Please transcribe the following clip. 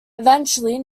eventually